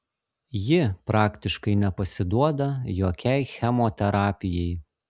ji praktiškai nepasiduoda jokiai chemoterapijai